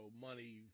money